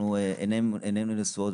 ועינינו נשואות,